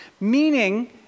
Meaning